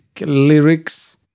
lyrics